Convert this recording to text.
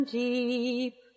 deep